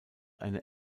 eine